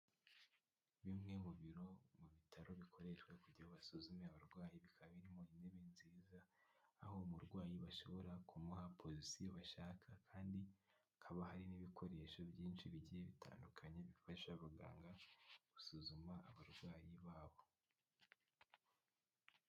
Bimwe mu biro mu bitaro bikoreshwa kugira basuzume abarwayi bikaba birimo intebe nziza aho umurwayi bashobora kumuha pozisiyo bashaka kandi hakaba hari n'ibikoresho byinshi bigiye bitandukanye bifasha abaganga gusuzuma abarwayi babo.